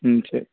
ம் சரி